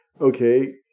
okay